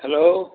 hello